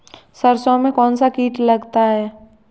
सरसों में कौनसा कीट लगता है?